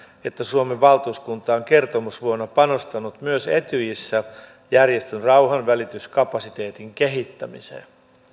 että suomen valtuuskunta on kertomusvuonna panostanut myös etyjissä järjestön rauhanvälityskapasiteetin kehittämiseen